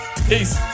Peace